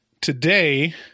Today